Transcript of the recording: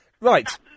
Right